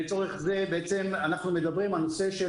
לצורך זה בעצם אנחנו מדברים על הנושא של